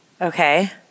Okay